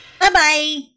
Bye-bye